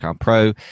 pro